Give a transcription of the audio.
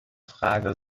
frage